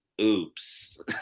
oops